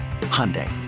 Hyundai